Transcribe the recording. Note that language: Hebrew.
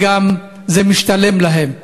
וגם זה משתלם להם.